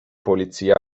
polizia